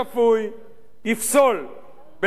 יפסול בית-המשפט העליון,